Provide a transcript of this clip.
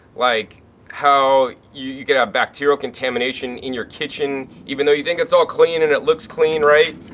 like how you, you could have bacterial contamination in your kitchen even though you think it's all clean and it looks clean, right?